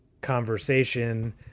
conversation